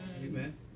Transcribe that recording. Amen